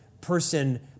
person